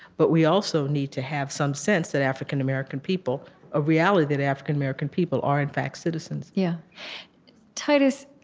but we also need to have some sense that african-american people a reality that african-american people are, in fact, citizens yeah titus,